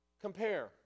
compare